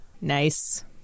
Nice